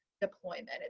deployment